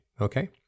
Okay